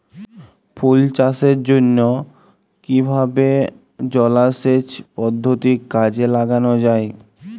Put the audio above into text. ফুল চাষের জন্য কিভাবে জলাসেচ পদ্ধতি কাজে লাগানো যাই?